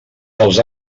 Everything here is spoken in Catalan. dels